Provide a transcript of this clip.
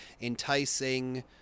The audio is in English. enticing